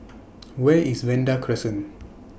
Where IS Vanda Crescent